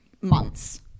months